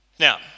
Now